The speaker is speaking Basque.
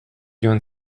joan